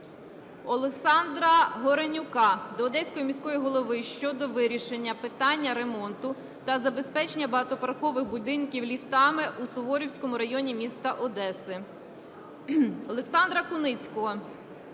Олександра Горенюка до Одеського міського голови щодо вирішення питання ремонту та забезпечення багатоповерхових будинків ліфтами у Суворовському районі міста Одеси. Олександра Куницького